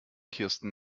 kirsten